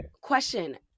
Question